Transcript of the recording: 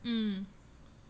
mm